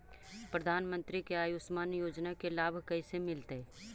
प्रधानमंत्री के आयुषमान योजना के लाभ कैसे मिलतै?